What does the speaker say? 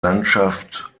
landschaft